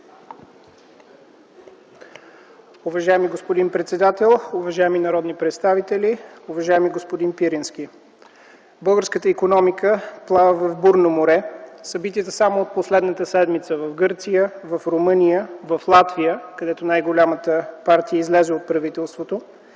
Уважаеми господин председател, уважаеми народни представители, уважаеми господин Пирински! Българската икономика плава в бурно море. Събитията само от последната седмица в Гърция, в Румъния, в Латвия, където най-голямата партия излезе от правителството,